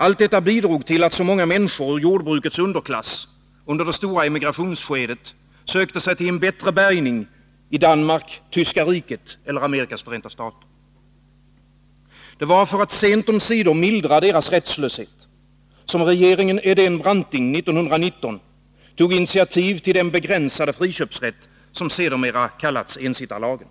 Allt detta bidrog till att så många människor ur jordbrukets underklass under det stora emigrationsskedet sökte sig till en bättre bärgning i Danmark, Tyska Riket eller Amerikas Förenta Stater. Det var för att sent om sider mildra deras rättslöshet som regeringen Edén-Branting år 1919 tog initiativ till den begränsade friköpsrätt som sedermera kallats ensittarlagen.